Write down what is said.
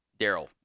Daryl